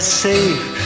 safe